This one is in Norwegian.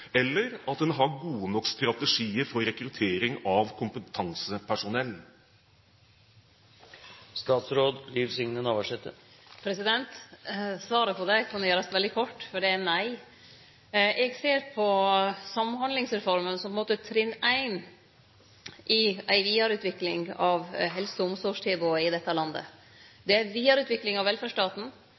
har gode nok strategier for rekruttering av kompetansepersonell? Svaret på det kan gjerast veldig kort: Det er nei. Eg ser på Samhandlingsreforma som på ein måte trinn 1 i ei vidareutvikling av helse- og omsorgstilbodet i dette landet. Det er ei vidareutvikling av